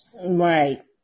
Right